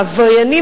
העבריינים,